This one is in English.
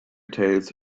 tales